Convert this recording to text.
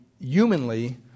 humanly